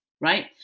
right